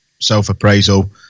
self-appraisal